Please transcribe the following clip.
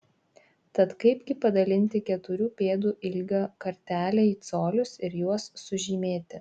tad kaipgi padalinti keturių pėdų ilgio kartelę į colius ir juos sužymėti